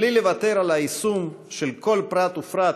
בלי לוותר על היישום של כל פרט ופרט,